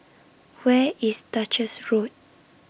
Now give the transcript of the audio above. Where IS Duchess Road